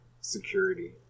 security